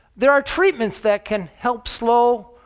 there are treatments that can help slow,